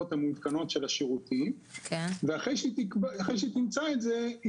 המעודכנות של השירותים ואחרי שהיא תמצא את זה היא